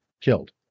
killed